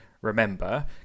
remember